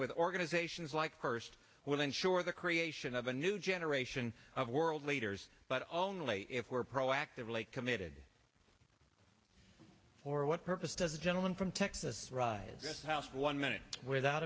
with organizations like cursed will ensure the creation of a new generation of world leaders but only if we're proactively committed for what purpose does the gentleman from texas rise dress how one minute without